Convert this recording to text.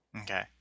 Okay